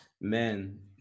Man